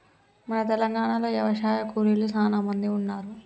మన తెలంగాణలో యవశాయ కూలీలు సానా మంది ఉన్నారు